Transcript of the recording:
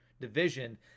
division